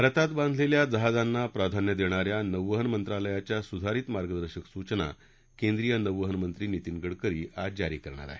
भारतात बांधलेल्या जहाजांना प्राधान्य देणा या नौवहन मंत्रालयाच्या सुधारित मार्गदर्शक सूचना केंद्रीय नौवहन मंत्री नितीन गडकरी आज जारी करणार आहेत